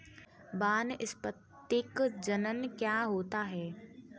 वानस्पतिक जनन क्या होता है?